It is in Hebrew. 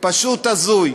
פשוט הזוי.